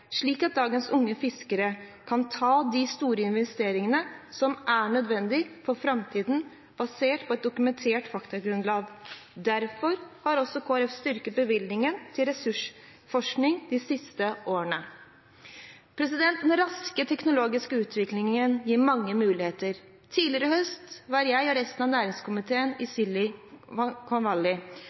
slik at dagens unge fiskere kan ta de store investeringene som er nødvendig for framtiden, basert på et dokumentert faktagrunnlag. Derfor har også Kristelig Folkeparti styrket bevilgningen til ressursforskning de siste årene. Den raske teknologiske utviklingen gir mange muligheter. Tidligere i høst var jeg og resten av næringskomiteen i